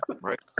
Right